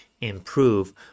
improve